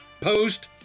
post